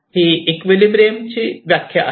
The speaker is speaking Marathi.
इक्विलिब्रियम ची व्याख्या आहे